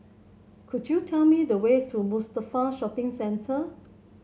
could you tell me the way to Mustafa Shopping Centre